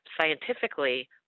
scientifically